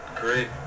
great